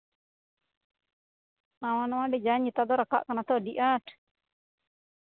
ᱱᱟᱣᱟᱼᱱᱟᱣᱟ ᱰᱤᱡᱟᱭᱤᱱ ᱱᱤᱛᱳᱜ ᱫᱚ ᱨᱟᱠᱟᱵ ᱠᱟᱱᱟ ᱛᱚ ᱟᱹᱰᱤᱟᱸᱴ